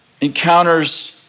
encounters